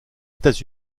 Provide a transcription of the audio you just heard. états